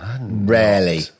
rarely